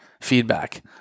feedback